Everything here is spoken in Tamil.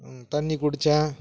தண்ணி குடித்தேன்